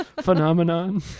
phenomenon